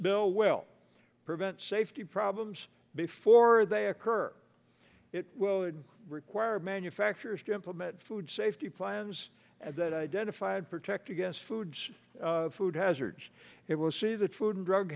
bill will prevent safety problems before they occur it require manufacturers to implement food safety plans and that identified protect against foods food hazards it will see that food and drug